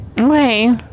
Okay